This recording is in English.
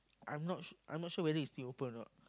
I'm not I'm not sure whether is still open a not